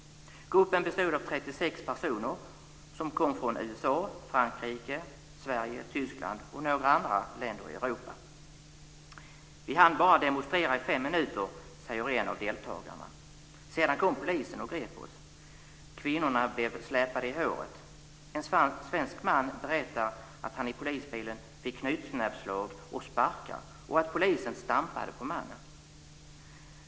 Gruppen bestod av 36 personer som kom från USA, Frankrike, Sverige, Tyskland och några andra länder i Europa. En av deltagarna säger: Vi hann bara demonstrera i fem minuter. Sedan kom polisen och grep oss. Kvinnorna blev släpade i håret. En svensk man berättar att han i polisbilen fick knytnävsslag och sparkar och att polisen stampade på mannen.